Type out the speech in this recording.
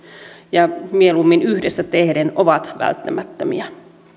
ja mieluummin yhdessä tehden ovat välttämättömiä